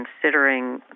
considering